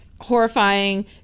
horrifying